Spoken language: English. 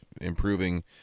improving